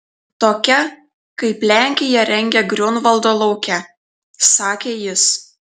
tokia kaip lenkija rengia griunvaldo lauke sakė jis